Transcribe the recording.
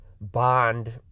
bond